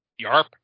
Yarp